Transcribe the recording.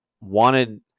wanted